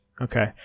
Okay